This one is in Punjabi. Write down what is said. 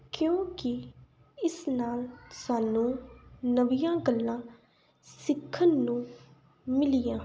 ਕਿਉਂਕਿ ਇਸ ਨਾਲ ਸਾਨੂੰ ਨਵੀਆਂ ਗੱਲਾਂ ਸਿੱਖਣ ਨੂੰ ਮਿਲੀਆਂ